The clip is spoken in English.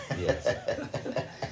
yes